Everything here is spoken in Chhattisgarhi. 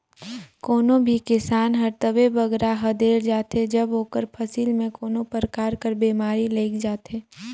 कोनो भी किसान हर तबे बगरा हदेर जाथे जब ओकर फसिल में कोनो परकार कर बेमारी लइग जाथे